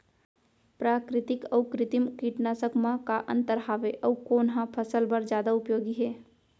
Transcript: प्राकृतिक अऊ कृत्रिम कीटनाशक मा का अन्तर हावे अऊ कोन ह फसल बर जादा उपयोगी हे?